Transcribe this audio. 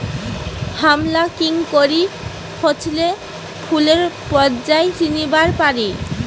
হামরা কেঙকরি ফছলে ফুলের পর্যায় চিনিবার পারি?